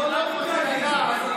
תתביישו לכם.